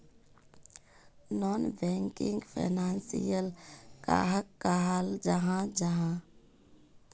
Non banking financial कहाक कहाल जाहा जाहा?